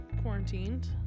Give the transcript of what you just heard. quarantined